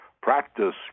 practice